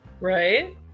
Right